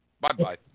Bye-bye